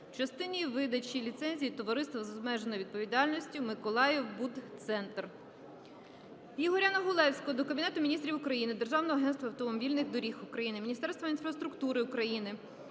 в частині видачі ліцензії Товариству з обмеженою відповідальністю "Миколаївбудцентр".